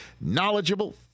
knowledgeable